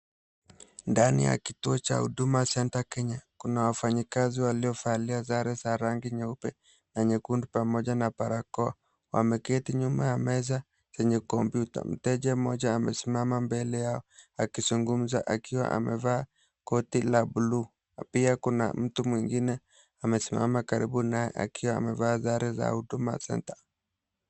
Ndani ya kituo cha huduma center Kenya, kuna wafanyikazi waliovalia sare za rangi nyeupe na nyekundu, pamoja na barakoa. Wameketi nyuma ya meza chenye computer . Mteja mmoja amesimama mbele yao akizungumza akiwa amevaa koti la blue . Pia kuna mtu mwingine amesimama karibu naye akiwa amevaa sare za huduma center .